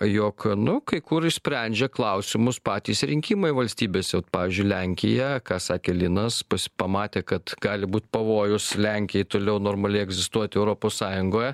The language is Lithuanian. jog nu kai kur išsprendžia klausimus patys rinkimai valstybėse vat pavyzdžiui lenkija ką sakė linas pamatė kad gali būt pavojus lenkijai toliau normaliai egzistuoti europos sąjungoje